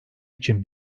için